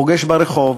פוגש ברחוב,